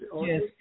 Yes